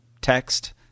text